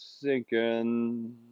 sinking